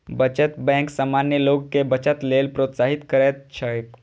बचत बैंक सामान्य लोग कें बचत लेल प्रोत्साहित करैत छैक